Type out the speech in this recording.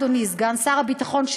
אדוני סגן שר הביטחון,